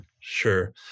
Sure